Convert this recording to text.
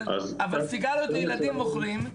אבל סיגריות לילדים מוכרים,